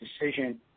decision